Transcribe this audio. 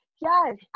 Yes